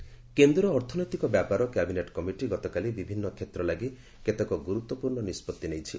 cabinet କେନ୍ଦ୍ର ଅର୍ଥନୈତିକ ବ୍ୟାପାର କ୍ୟାବିନେଟ୍ କମିଟି ଗତକାଲି ବିଭିନ୍ନ କ୍ଷେତ୍ର ଲାଗି କେତେକ ଗୁରୁତ୍ୱପୂର୍ଣ୍ଣ ନିଷ୍ପଭି ନେଇଛି